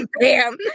bam